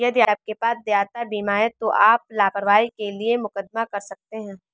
यदि आपके पास देयता बीमा है तो आप लापरवाही के लिए मुकदमा कर सकते हैं